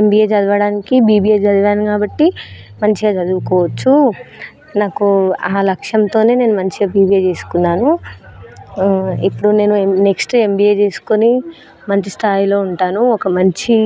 MBA చదవడానికి BBA చదివాను కాబట్టి మంచిగా చదువుకోవచ్చు నాకు ఆ లక్ష్యంతో నేను మంచిగా బీబీఏ తీసుకున్నాను ఇప్పుడు నేను నెక్స్ట్ ఎంబీఏ తీసుకుని మంచి స్థాయిలో ఉంటాను ఒక మంచి